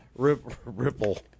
ripple